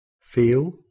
feel